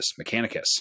Mechanicus